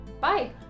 Bye